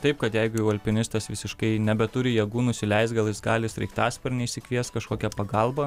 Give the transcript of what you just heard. taip kad jeigu jau alpinistas visiškai nebeturi jėgų nusileist gal jis gali sraigtasparniu išsikviest kažkokią pagalbą